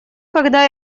когда